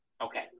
Okay